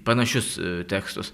panašius tekstus